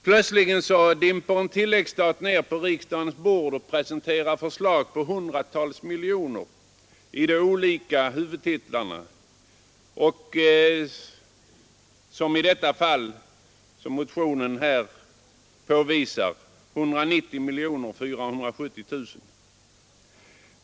Plötsligt dimper en tilläggsstat ner på riksdagens bord och presenterar förslag på hundratals miljoner under de olika huvudtitlarna. I det fall som motionen påvisar handlade det om 190 470 000 kronor.